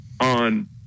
on